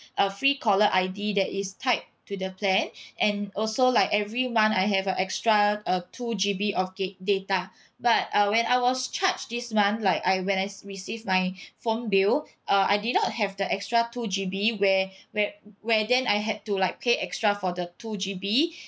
a free caller I_D that is tied to the plan and also like every month I have a extra uh two G_B of gig data but uh when I was charged this month like I when I received my phone bill uh I did not have the extra two G_B where where where then I had to like pay extra for the two G_B